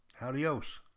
Adios